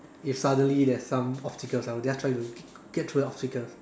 if suddenly there's some obstacles I would just try to get through the obstacles